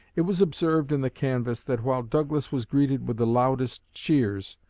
it was observed in the canvass that while douglas was greeted with the loudest cheers,